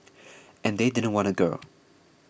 and they didn't want a girl